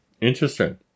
Interesting